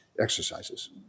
exercises